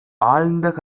ஆழ்ந்த